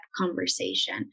conversation